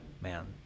man